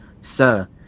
Sir